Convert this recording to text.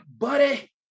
buddy